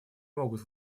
могут